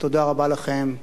תודה רבה לכם.